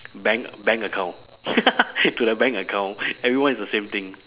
bank bank account to the bank account everyone is the same thing